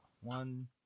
one